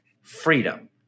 freedom